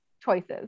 choices